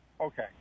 okay